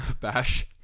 Bash